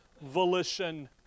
volition